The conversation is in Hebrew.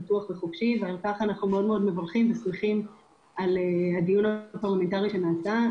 ולכן אנחנו שמחים ומברכים על הדיון הפרלמנטרי שנעשה כאן.